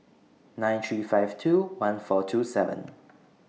nine three five two one four two seven